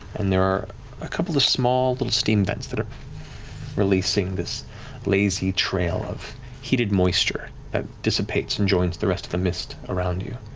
and there are a couple of small, little steam vents that are releasing this lazy trail of heated moisture that dissipates and joins the rest of the mist around you.